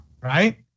Right